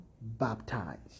baptized